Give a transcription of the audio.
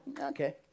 Okay